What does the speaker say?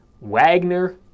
Wagner